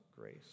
grace